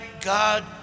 God